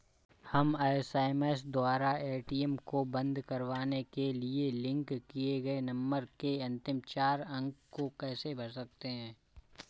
हम एस.एम.एस द्वारा ए.टी.एम को बंद करवाने के लिए लिंक किए गए नंबर के अंतिम चार अंक को कैसे भर सकते हैं?